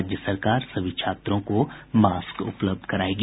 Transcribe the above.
राज्य सरकार सभी छात्रों को मास्क उपलब्ध करायेगी